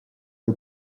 või